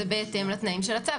אז זה בהתאם לתנאים של הצו.